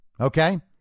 Okay